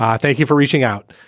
ah thank you for reaching out.